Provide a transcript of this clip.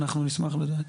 אנחנו נשמח לדעת.